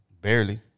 barely